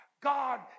God